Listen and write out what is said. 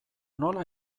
nola